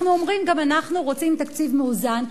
אנחנו אומרים: גם אנחנו רוצים תקציב מאוזן,